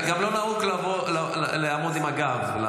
כנראה רצה את הקשב שלי --- גם לא נהוג לעמוד עם הגב לנואם.